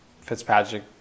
Fitzpatrick